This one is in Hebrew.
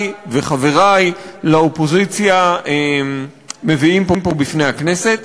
וחברי לאופוזיציה מביאים פה בפני הכנסת.